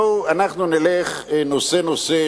אנחנו נלך נושא-נושא,